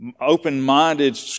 open-minded